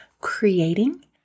creating